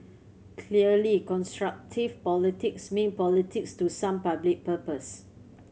clearly constructive politics mean politics to some public purpose